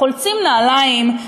חולצים נעליים,